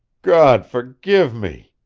gawd forgive me!